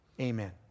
Amen